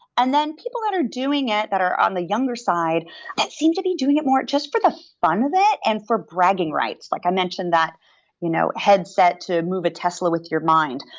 and then people that are doing it that are on the younger side that seem to be doing it more just for the fun of it and for bragging rights. like i mentioned that you know headset to move a tesla with your mind.